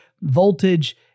voltage